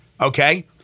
okay